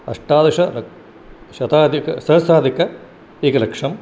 अष्टादशशताधिकसहस्राधिक एकलक्षम्